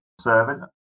servant